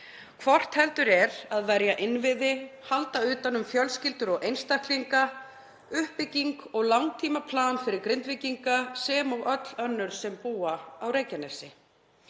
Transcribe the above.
hvort heldur er að verja innviði, halda utan um fjölskyldur og einstaklinga eða uppbygging og langtímaplan fyrir Grindvíkinga sem og öll önnur sem búa á Reykjanesi.